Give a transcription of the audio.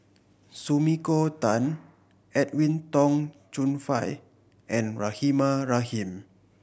Sumiko Tan Edwin Tong Chun Fai and Rahimah Rahim